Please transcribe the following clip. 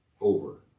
over